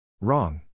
Wrong